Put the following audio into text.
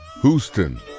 Houston